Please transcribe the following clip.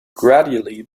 gradually